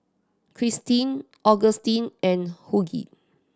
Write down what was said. Kristen Augustin and Hughie